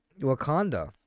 wakanda